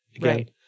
right